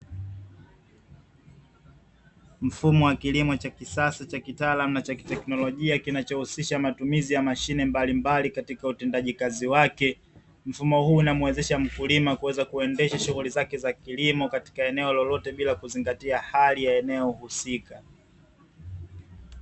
Mfumo wa kilimo cha kisasa cha kitaalamu na teknolojia, kinachohusisha matumizi ya mashine mbalimbali katika utendaji kazi wake; mfumo huu na muwezesha mkulima kuweza kuendesha shughuli zake za kilimo katika eneo lolote bila kuzingatia hali ya eneo husika.